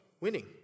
winning